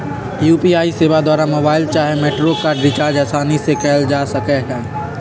UPI सेवा द्वारा mobile चाहे मेट्रो कार्ड रिचार्ज असानी से कएल जा सकइ छइ